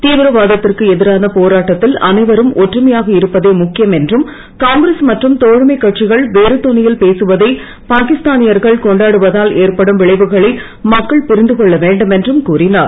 தீவிரவாதத்திற்கு எதிரான போராட்டத்தில் அனைவரும் ஒற்றுமையாக இருப்பதே முக்கியம் என்றும் காங்கிரஸ் மற்றும் தோழமைக் கட்சிகள் வேறுதொனியில் பேசுவதை பாகிஸ்தானியர்கள் கொண்டாடுவதால் ஏற்படும் விளைவுகளை மக்கள் புரிந்துகொள்ள வேண்டும் என்றும் கூறினார்